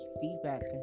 feedback